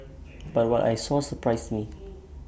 but what I saw surprised me